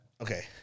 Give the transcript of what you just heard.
Okay